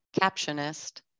captionist